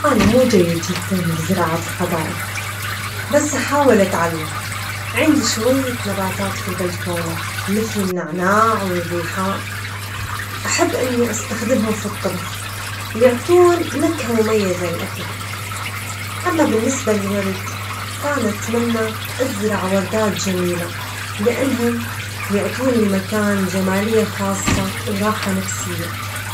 أنا مو جيد جدا بزراعة الحدائق بس أحاول أتعلم، عندي شوية نباتات في البلكونة مثل النعناع والريحان ،أحب إني أستخدمهم في الطبخ يعطون نكهة مميزة للأكل، أما بالنسبة الورد فأنا أتمنى أزرع وردات جميلة لأنهم يعطون المكان جمالية خاصة وراحة نفسية.